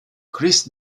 chris